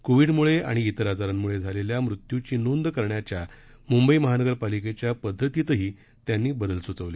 कोविडमुळे आणि इतर आजारांमुळे झालेल्या मृत्यूची नोंद करण्याच्या मुंबई महानगर पालिकेच्या पद्धतीतही त्यांनी बदल सुचवले